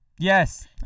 Yes